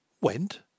went